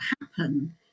happen